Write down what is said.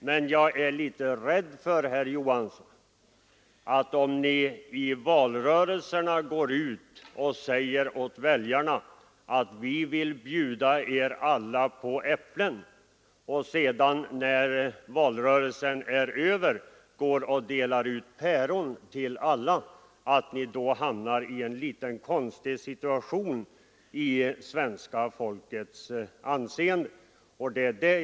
Men jag är litet rädd för, herr Johansson, att om ni under valrörelserna säger åt väljarna att ni vill bjuda dem alla på äpplen och sedan, då valrörelsen är över, går och delar ut päron till alla, så blir situationen något underlig när det gäller ert anseende hos svenska folket.